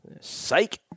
Psych